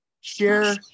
share